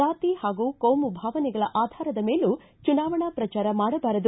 ಜಾತಿ ಹಾಗೂ ಕೋಮು ಭಾವನೆಗಳ ಆಧಾರದ ಮೇಲೂ ಚುನಾವಣಾ ಪ್ರಚಾರ ಮಾಡಬಾರದು